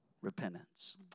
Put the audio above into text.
repentance